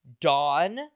Dawn